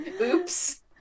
Oops